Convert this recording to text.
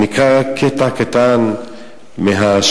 אני אקרא קטע קטן מהשיר.